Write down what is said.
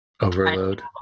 overload